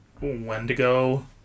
Wendigo